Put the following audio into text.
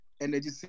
energy